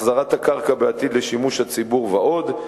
החזרת הקרקע בעתיד לשימוש הציבור ועוד.